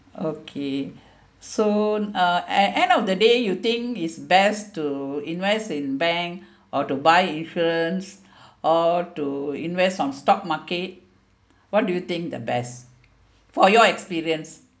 okay so uh at end of the day you think is best to invest in bank or to buy insurance or to invest on stock market what do you think the best for your experience